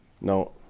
No